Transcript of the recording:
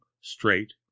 straight